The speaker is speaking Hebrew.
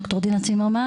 ד"ר דינה צימרמן,